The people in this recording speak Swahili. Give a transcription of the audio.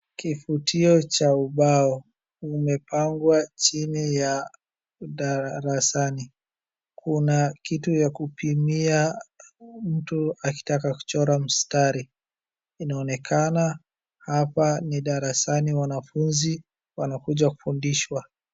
Kifutio cha ubao imepangwa chini ya darasani. Kuna kitu ya kupimia mtu akitaka kuchora mstari inaonekana hapa ni darasani wanafunzi wanakuja kufundishwa.